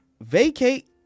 vacate